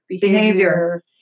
Behavior